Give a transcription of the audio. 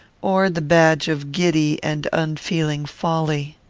or the badge of giddy and unfeeling folly.